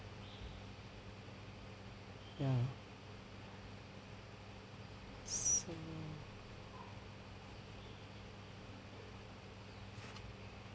ya so